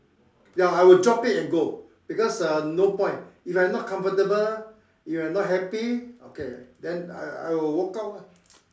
ya I would drop it and go because uh no point if I'm not comfortable if I'm not happy okay then I I will walk out lah